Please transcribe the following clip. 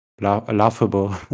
laughable